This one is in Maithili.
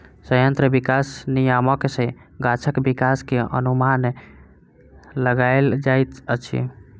संयंत्र विकास नियामक सॅ गाछक विकास के अनुमान लगायल जाइत अछि